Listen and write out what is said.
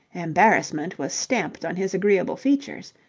embarrassment was stamped on his agreeable features.